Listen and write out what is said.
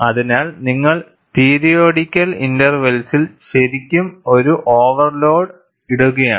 അതിനാൽ നിങ്ങൾ പീരിയോഡിക്കൽ ഇൻറ്റെർവെൽസിൽ ശരിക്കും ഒരു ഓവർലോഡ് ഇടുകയാണ്